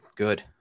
Good